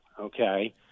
okay